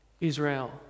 Israel